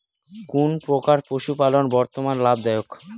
কোন প্রকার পশুপালন বর্তমান লাভ দায়ক?